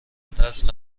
ترس